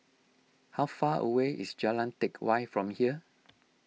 how far away is Jalan Teck Whye from here